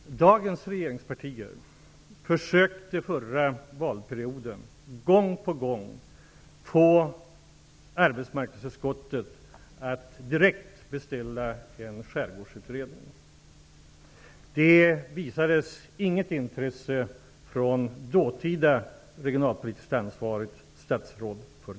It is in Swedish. Herr talman! Dagens regeringspartier försökte gång på gång under förra valperioden att få arbetsmarknadsutskottet att direkt beställa en skärgårdsutredning. Det visades inget intresse för detta från dåtida regionalpolitiskt ansvarigt statsråd.